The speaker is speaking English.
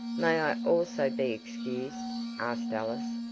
may i also be excused? asked alice,